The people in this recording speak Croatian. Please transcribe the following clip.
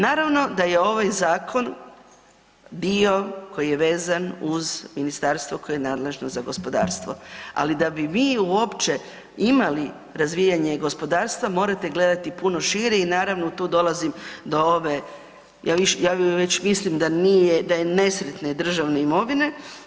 Naravno da je ovaj zakon dio koji je vezan uz ministarstvo koje je nadležno za gospodarstvo, ali da bi mi uopće imali razvijanje gospodarstva morate gledati puno šire i naravno tu dolazim do ove, ja već mislim da nije, da je nesretne državne imovine.